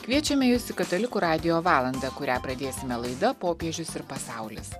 kviečiame jus į katalikų radijo valandą kurią pradėsime laida popiežius ir pasaulis